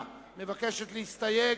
מי נגד?